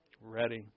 Ready